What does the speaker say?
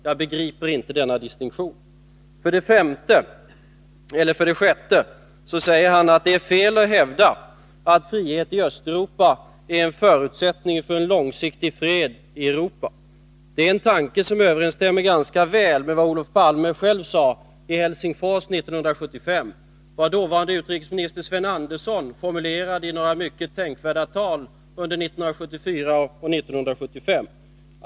Jag begriper inte denna distinktion. 6. Det är fel att hävda att frihet i Östeuropa är en förutsättning för en långsiktig fred i Europa. Det är en tanke som överensstämmer ganska väl med vad Olof Palme själv sade i Helsingfors 1975 och med vad dåvarande utrikesministern Sven Andersson formulerade i några mycket tänkvärda tal under 1974 och 1975.